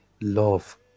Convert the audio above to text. Love